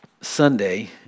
Sunday